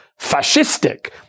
fascistic